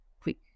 quick